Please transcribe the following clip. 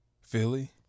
Philly